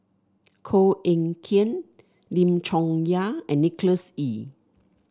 Koh Eng Kian Lim Chong Yah and Nicholas Ee